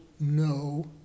No